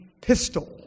pistol